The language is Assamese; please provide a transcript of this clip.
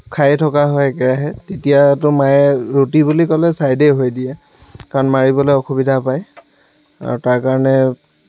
খায়েই থকা হয় একেৰাহে তেতিয়াতো মায়ে ৰুটি বুলি কলে চাইডেই হৈ দিয়ে কাৰণ মাৰিবলৈ অসুবিধা পায় আৰু তাৰ কাৰণে